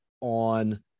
on